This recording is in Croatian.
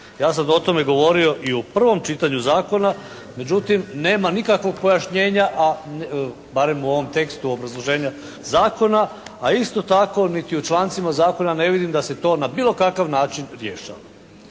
Ja sam o tome govorio i u prvom čitanju zakona međutim nema nikakvog pojašnjenja a barem u ovom tekstu obrazloženja zakona. A isto tako niti u člancima zakona ne vidim da se to na bilo kakav način rješava.